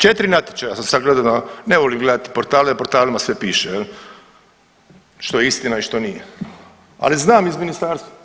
4 natječaja sam sad gledao na, ne volim gledati portale, na portalima sve piše jel što je istina i što nije, ali znam iz ministarstva.